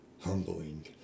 humbling